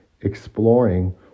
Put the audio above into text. exploring